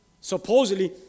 Supposedly